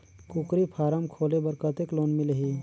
कूकरी फारम खोले बर कतेक लोन मिलही?